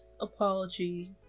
apology